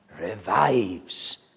revives